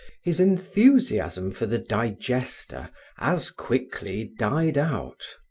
his enthusiasm for the digester as quickly died out.